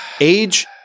Age